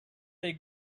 they